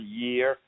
year